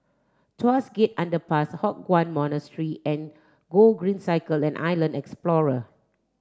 Tuas Gest Underpass Hock Chuan Monastery and Gogreen Cycle and Island Explorer